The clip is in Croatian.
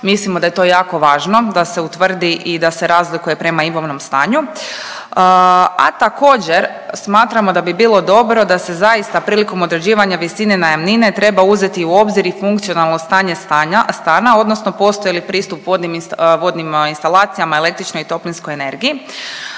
Mislimo da je to jako važno da se utvrdi i da se razlikuje prema imovnom stanju. A također smatramo da bi bilo dobro da se zaista prilikom određivanja visine najamnine treba uzeti u obzir i funkcionalno stanje stana odnosno postoji li pristup vodnim instalacijama, električnoj i toplinskoj energiji.